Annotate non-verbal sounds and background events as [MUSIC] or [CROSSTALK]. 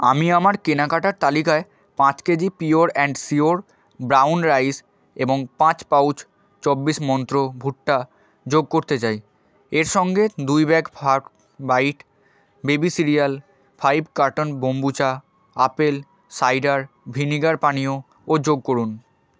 আমি আমার কেনাকাটার তালিকায় পাঁচ KG pure and sure brown rice এবং পাঁচ পাউচ চব্বিশ মন্ত্র ভুট্টা যোগ করতে চাই এর সঙ্গে দুই bag [UNINTELLIGIBLE] byte baby cereal five carton kombucha apple cider vinegar পানীয় ও যোগ করুন